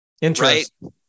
Interesting